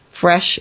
fresh